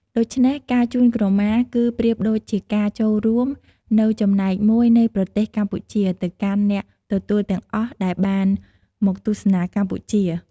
ដូច្នេះ ការជូនក្រមាគឺប្រៀបដូចជាការចូលរួមនូវចំណែកមួយនៃប្រទេសកម្ពុជាទៅកាន់អ្នកទទួលទាំងអស់ដែលបានមកទស្សនាកម្ពុជា។